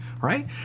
right